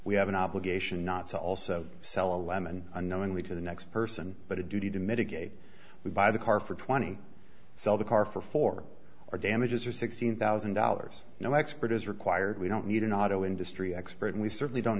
we have an obligation not to also sell a lemon unknowingly to the next person but a duty to mitigate we buy the car for twenty sell the car for four or damages or sixteen thousand dollars no expert is required we don't need an auto industry expert and we certainly don't